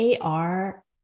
AR